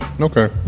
Okay